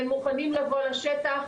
הם מוכנים לבוא לשטח,